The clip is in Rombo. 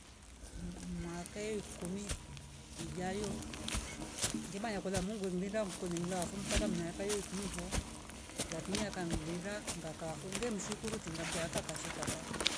Kuum mwaka ye kumi ijayo ngemaya mungu umlinda mkulimlafu mpaka iyo ikumi vo lakini akanlinda ngakafunge mshukuru tinga mbiaka kashetata